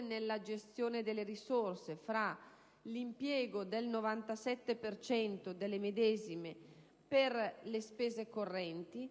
nella gestione delle risorse tra l'impiego del 97 per cento delle medesime per le spese correnti